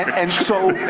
and so,